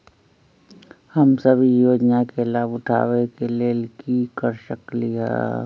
हम सब ई योजना के लाभ उठावे के लेल की कर सकलि ह?